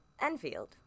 Enfield